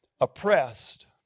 oppressed